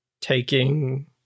taking